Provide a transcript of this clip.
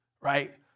right